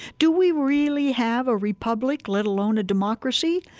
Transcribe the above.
do we really have a republic, let alone a democracy,